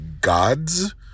God's